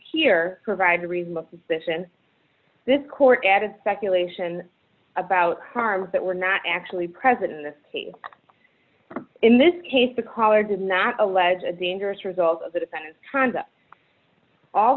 here provides a reasonable suspicion this court added speculation about harms that were not actually present in the state in this case the caller did not allege a dangerous result of the defendant turns up all